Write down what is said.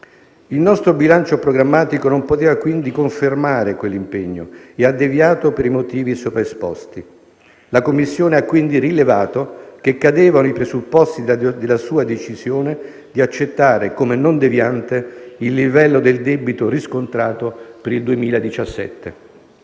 Il nostro bilancio programmatico non poteva quindi confermare quell'impegno e ha deviato per i motivi sopra esposti. La Commissione ha dunque rilevato che cadevano i presupposti della sua decisione di accettare come non deviante il livello del debito riscontrato per il 2017.